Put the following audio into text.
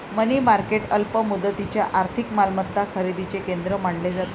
मनी market अल्प मुदतीच्या आर्थिक मालमत्ता खरेदीचे केंद्र मानले जाते